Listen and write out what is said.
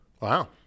wow